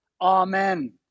Amen